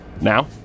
Now